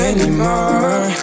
Anymore